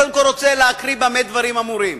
קודם כול אני רוצה להקריא במה דברים אמורים,